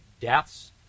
deaths